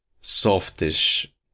softish